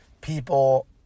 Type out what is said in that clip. people